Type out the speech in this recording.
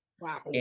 Wow